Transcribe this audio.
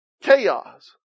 chaos